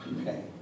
Okay